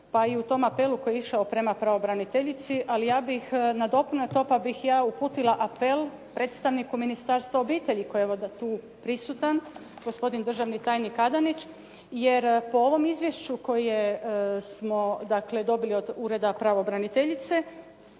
pa i u tom apelu koji je išao prema pravobraniteljici, ali ja bih nadopunila to pa bih ja uputila apel predstavniku Ministarstva obitelji koji je evo tu prisutan, gospodin državni tajnik Adanić. Jer po ovom izvješću koje smo dakle dobili od Ureda pravobraniteljice,